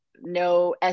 no